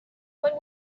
what